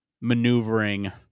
maneuvering